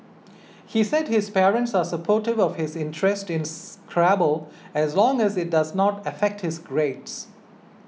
he said his parents are supportive of his interest in Scrabble as long as it does not affect his grades